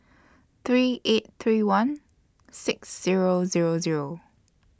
three eight three one six Zero Zero Zero